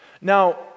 Now